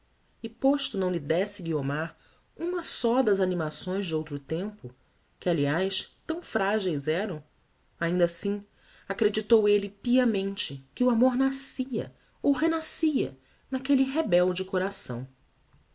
e posto não lhe désse guiomar uma só das animações de outro tempo que aliás tão frageis eram ainda assim acreditou elle piamente que o amor nascia ou renascia naquelle rebelde coração